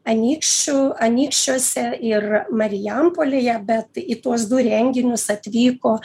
anykščių anykščiuose ir marijampolėje bet į tuos du renginius atvyko